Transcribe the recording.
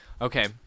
okay